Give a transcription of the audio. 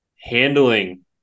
handling